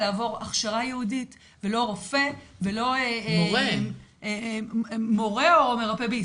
לקבל הכשרה ייעודית ולא רופא ולא מורה או מרפא בעיסוק.